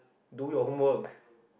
do your homework